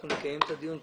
אנחנו נקיים את הדיון.